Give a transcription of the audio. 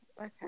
Okay